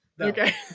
Okay